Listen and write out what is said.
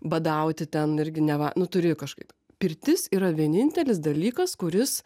badauti ten irgi neva turi kažkaip pirtis yra vienintelis dalykas kuris